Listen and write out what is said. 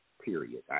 period